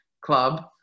club